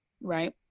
right